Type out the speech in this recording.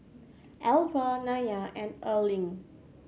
Elva Nylah and Erling